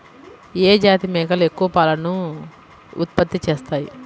ఏ జాతి మేకలు ఎక్కువ పాలను ఉత్పత్తి చేస్తాయి?